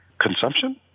consumption